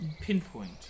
pinpoint